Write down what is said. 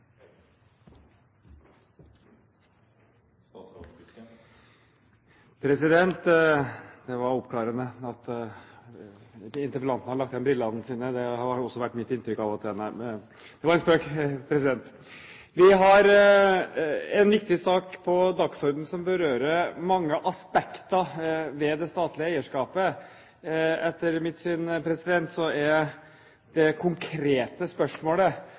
Det var oppklarende at interpellanten hadde lagt igjen brillene sine, det har også vært mitt inntrykk av og til – det var en spøk! Vi har en viktig sak på dagsordenen som berører mange aspekter ved det statlige eierskapet. Etter mitt syn er det konkrete spørsmålet